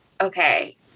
okay